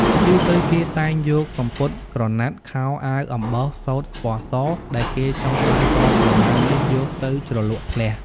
ជាទូទៅ គេតែងយកសំពត់ក្រណាត់ ខោ អាវ អំបោះ សូត្រពណ៌ស ដែលគេចង់បានពណ៌ក្រមៅនេះយកទៅជ្រលក់ធ្លះ។